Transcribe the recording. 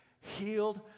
healed